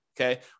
okay